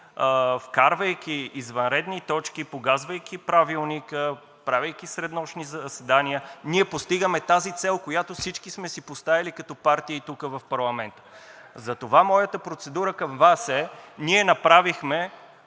вкарвайки извънредни точки, погазвайки Правилника, правейки среднощни заседания, ние постигаме тази цел, която всички сме си поставили като партии тук в парламента. Затова моята процедура към Вас е: ние направихме,